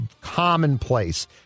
commonplace